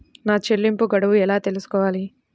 నా చెల్లింపు గడువు ఎలా తెలుసుకోవాలి?